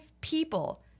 people